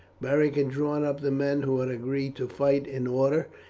beric had drawn up the men who had agreed to fight in order,